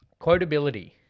quotability